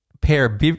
pair